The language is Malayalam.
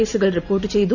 കേസുകൾ റിപ്പോർട്ട് ചെയ്തു